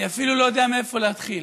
אני אפילו לא יודע מאיפה להתחיל.